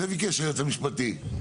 וביקש היועץ המשפטי.